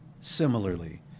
Similarly